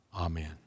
Amen